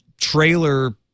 trailer